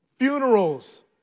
Funerals